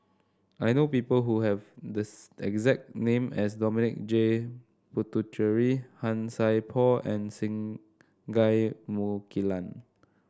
I know people who have the exact name as Dominic J Puthucheary Han Sai Por and Singai Mukilan